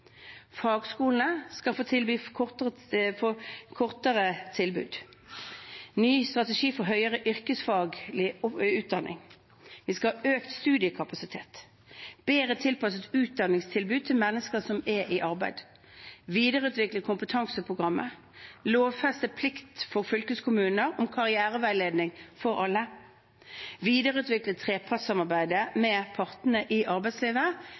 Fagskolene skal få tilby kortere tilbud. Vi skal ha en ny strategi for høyere yrkesfaglig utdanning. Vi skal ha økt studiekapasitet, et bedre tilpasset utdanningstilbud til mennesker som er i arbeid, vi skal videreutvikle kompetanseprogrammet, lovfeste plikt for fylkeskommuner om karriereveiledning for alle og videreutvikle trepartssamarbeidet med partene i arbeidslivet